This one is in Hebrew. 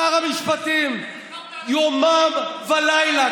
שר המשפטים, יומם ולילה.